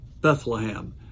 Bethlehem